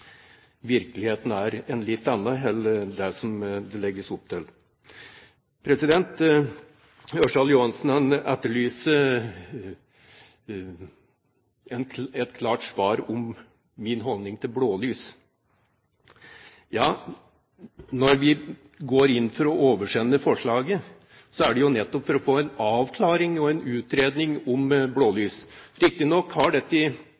virkeligheten er en litt annen enn det det legges opp til. Representanten Ørsal Johansen etterlyser et klart svar angående min holdning til bruk av blålys. Når vi går inn for å oversende forslaget, er det nettopp for å få en avklaring og en utredning om bruk av blålys. Riktignok har dette arbeidet tatt veldig lang tid. Signalet om denne utredningen ble faktisk gitt i